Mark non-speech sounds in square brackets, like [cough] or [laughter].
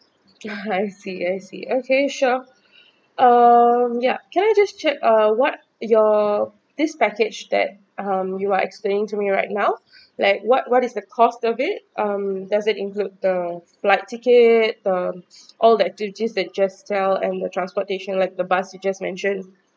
[laughs] I see I see okay sure uh ya can I just check uh what your this package that um you are explaining to me right now like what what is the cost of it um does it include the flight ticket um all the activities that just tell and the transportation like the bus you just mention